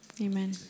Amen